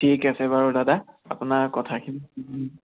ঠিক আছে বাৰু দাদা আপোনাৰ কথাখিনি